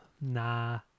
Nah